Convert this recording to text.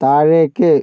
താഴേക്ക്